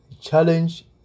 challenge